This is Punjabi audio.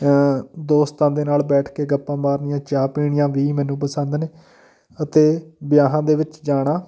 ਦੋਸਤਾਂ ਦੇ ਨਾਲ ਬੈਠ ਕੇ ਗੱਪਾਂ ਮਾਰਨੀਆਂ ਚਾਹ ਪੀਣੀਆਂ ਵੀ ਮੈਨੂੰ ਪਸੰਦ ਨੇ ਅਤੇ ਵਿਆਹਾਂ ਦੇ ਵਿੱਚ ਜਾਣਾ